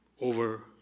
over